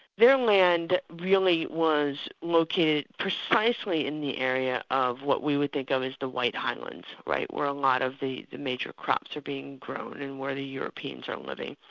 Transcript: their land really was located precisely in the area of what we would think um of as the white islands, right, where a lot of the the major crops are being grown and where the europeans are living,